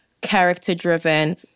character-driven